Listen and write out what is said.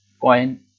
Coin